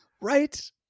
right